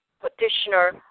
petitioner